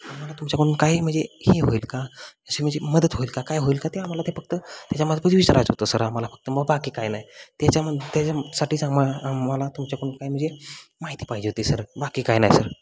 आम्हाला तुमच्याकडून काय म्हणजे ही होईल का असे म्हणजे मदत होईल का काय होईल का ते आम्हाला ते फक्त त्याच्यामध्ये पण विचारायचं होतं सर आम्हाला फक्त मग बाकी काय नाही त्याच्याम त्याच्यासाठी चांग मग आम्हाला तुमच्याकडून काय म्हणजे माहिती पाहिजे होती सर बाकी काय नाही सर